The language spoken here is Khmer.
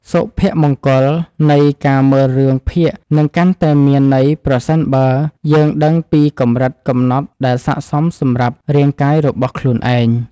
សុភមង្គលនៃការមើលរឿងភាគនឹងកាន់តែមានន័យប្រសិនបើយើងដឹងពីកម្រិតកំណត់ដែលស័ក្តិសមសម្រាប់រាងកាយរបស់ខ្លួនឯង។